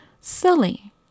Silly